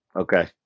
Okay